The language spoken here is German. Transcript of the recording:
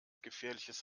gefährliches